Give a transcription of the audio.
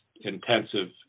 intensive